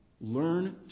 learn